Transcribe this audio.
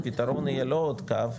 הפתרון יהיה לא עוד קו,